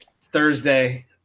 Thursday